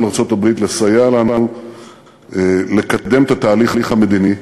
ארצות-הברית לסייע לנו לקדם את התהליך המדיני.